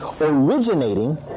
originating